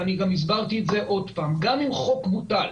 גם אם חוק בוטל,